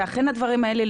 ולכן הדברים האלה,